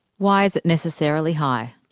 why is it necessarily high?